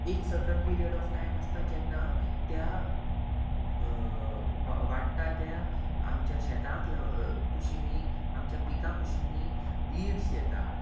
एक certain period of time आसता जेन्ना त्या वाडटा त्या आमच्या शेतांत ला कुशींनी आमच्या पिकां कुशीनी वीड्स येता